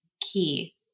key